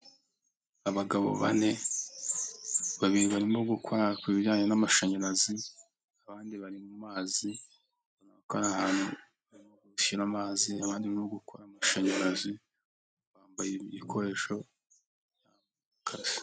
Abagabo bane babiri barimo gukora ku bijyanye n'amashanyarazi, abandi bari mu mazi bakora ahantu ho gushyirara amazi, abandi barimo gukora amashanyarazi bambaye ibikoresho by'akazi.